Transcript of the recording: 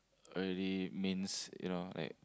already means you know like